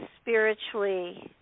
spiritually